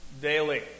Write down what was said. Daily